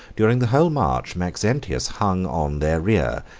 during the whole march, maxentius hung on their rear,